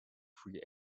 free